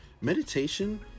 meditation